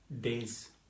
days